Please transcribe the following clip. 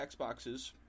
Xboxes